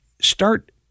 start